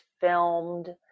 filmed